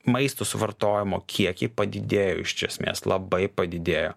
maisto suvartojimo kiekiai padidėjo iš esmės labai padidėjo